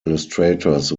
illustrators